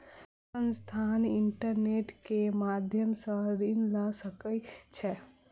संस्थान, इंटरनेट के माध्यम सॅ ऋण लय सकै छै